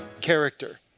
Character